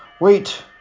wait